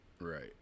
Right